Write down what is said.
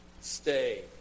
Stay